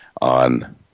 on